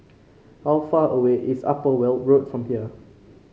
how far away is Upper Weld Road from here